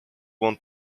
want